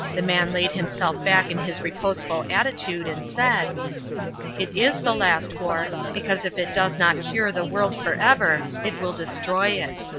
the man laid himself back in his reposeful attitude, and said it is the last war, because if it does not cure the world for ever, it will destroy it.